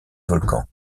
volcan